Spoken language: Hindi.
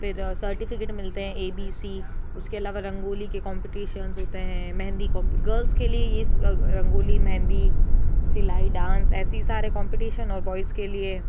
फिर सर्टिफ़िकेट मिलते हैं ए बी सी उसके अलावा रंगोली के कॉम्पिटिशनज़ होते हैं मेहंदी कॉम गर्ल्स के लिए ये रंगोली मेहंदी सिलाई डांस ऐसी सारे कॉम्पिटिशन और बॉयज़ के लिए